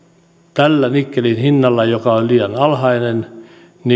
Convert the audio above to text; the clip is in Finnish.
tällä nikkelin hinnalla joka on liian alhainen